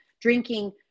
drinking